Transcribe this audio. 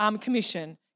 commission